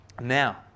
Now